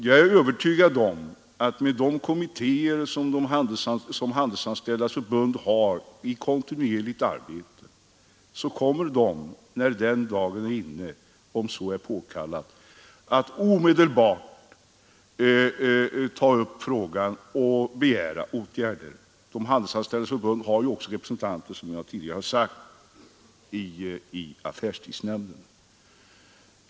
Jag är övertygad om att Handelsanställdas förbund med de kommittéer man har i kontinuerligt arbete, när den dagen är inne och om så är påkallat, omedelbart kommer att ta upp frågan och begära åtgärder. Handelsanställdas förbund har ju också, som jag tidigare sagt, representanter i affärstidsnämnden.